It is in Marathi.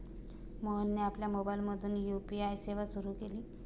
मोहनने आपल्या मोबाइलमधून यू.पी.आय सेवा सुरू केली